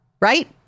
right